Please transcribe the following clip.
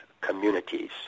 communities